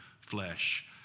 flesh